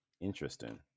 Interesting